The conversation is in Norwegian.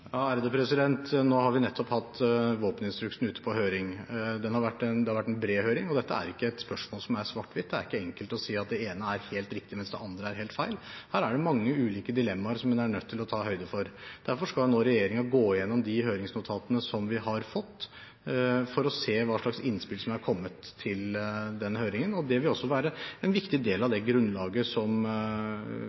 Nå har vi nettopp hatt våpeninstruksen ute på høring. Det har vært en bred høring. Dette er ikke et spørsmål som er svart–hvitt; det er ikke enkelt å si at det ene er helt riktig, mens det andre er helt feil. Her er det mange ulike dilemmaer som en er nødt til å ta høyde for. Derfor skal regjeringen nå gå gjennom de høringsnotatene som vi har fått, for å se hva slags innspill som er kommet til den høringen. Det vil også være en viktig del av det grunnlaget som